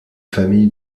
famille